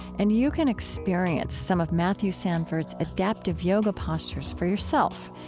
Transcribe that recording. and you can experience some of matthew sanford's adaptive yoga postures for yourself.